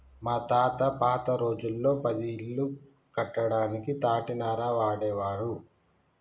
మా తాత పాత రోజుల్లో పది ఇల్లు కట్టడానికి తాటినార వాడేవారు